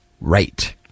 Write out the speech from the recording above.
right